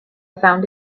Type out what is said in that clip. found